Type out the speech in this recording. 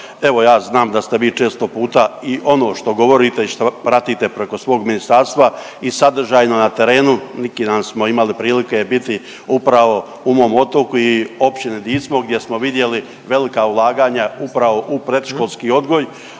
Evo ja znam da ste vi često puta i ono što govorite i šta pratite preko svog ministarstva i sadržajno na terenu. Neki dan smo imali prilike biti upravo u mom Otoku i općine Dicmo gdje smo vidjeli velika ulaganja upravo u predškolski odgoj,